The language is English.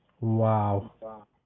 Wow